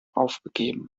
aufgegeben